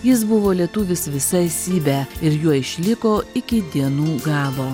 jis buvo lietuvis visa esybe ir juo išliko iki dienų galo